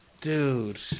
Dude